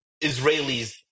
Israelis